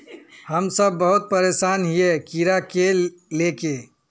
हम सब बहुत परेशान हिये कीड़ा के ले के?